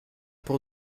pour